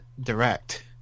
direct